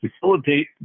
facilitate